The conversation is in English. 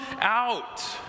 out